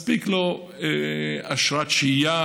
מספיקה לו אשרת שהייה,